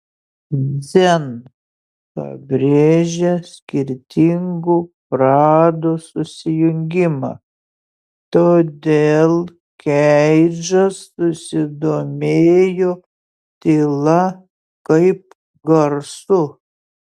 dzen pabrėžia skirtingų pradų susijungimą todėl keidžas susidomėjo tyla kaip garsu